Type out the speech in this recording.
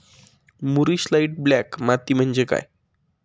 मूरिश light black माती म्हणजे काय?